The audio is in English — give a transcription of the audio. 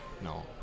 No